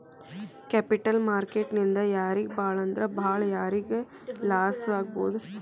Capital market ನಿಂದಾ ಯಾರಿಗ್ ಭಾಳಂದ್ರ ಭಾಳ್ ಯಾರಿಗ್ ಲಾಸಾಗ್ಬೊದು?